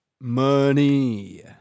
Money